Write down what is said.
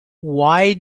why